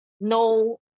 no